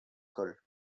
col